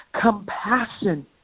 compassion